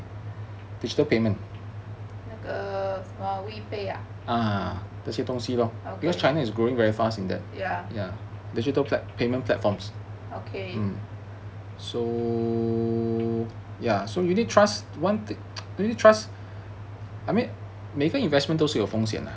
那个 err WePay ah